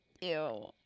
Ew